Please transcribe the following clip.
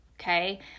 Okay